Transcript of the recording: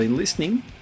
Listening